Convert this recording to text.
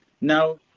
Now